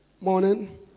morning